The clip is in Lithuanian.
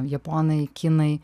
japonai kinai